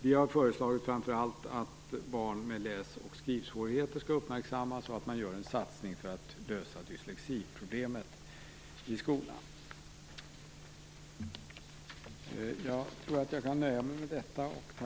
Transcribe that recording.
Vi har framför allt föreslagit att barn med läs och skrivsvårigheter skall uppmärksammas och att man gör en satsning för att lösa problemet med dyslexi i skolan. Jag nöjer mig med detta.